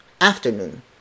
afternoon